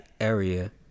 area